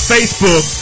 Facebook